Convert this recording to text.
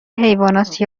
حیوانات